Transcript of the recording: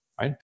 right